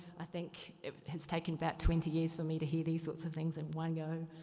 i think it has taken about twenty years for me to hear these sorts of things in one go.